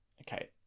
Okay